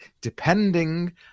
depending